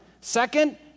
Second